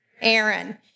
Aaron